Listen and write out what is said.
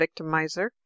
victimizer